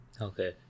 okay